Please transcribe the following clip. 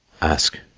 Ask